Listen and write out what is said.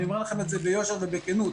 אני אומר לכם ביושר ובכנות,